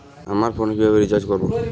আমার ফোনে কিভাবে রিচার্জ করবো?